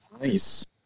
nice